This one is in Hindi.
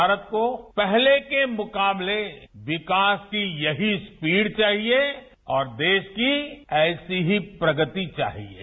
भारत को पहले के मुकाबले विकास की यही स्पीड चाहिए और देश की ऐसी ही प्रगति चाहिए